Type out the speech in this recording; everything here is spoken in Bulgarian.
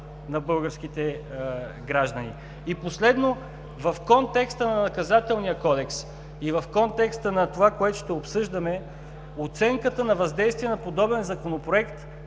на българските граждани. Последно, в контекста на Наказателния кодекс и в контекста на това, което ще обсъждаме, оценката на въздействие на подобен Законопроект,